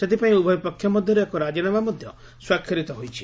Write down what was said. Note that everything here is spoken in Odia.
ସେଥିପାଇଁ ଉଭୟ ପକ୍ଷ ମଧ୍ୟରେ ଏକ ରାଜିନାମା ମଧ୍ୟ ସ୍ୱାକ୍ଷରିତ ହୋଇଛି